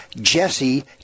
Jesse